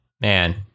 Man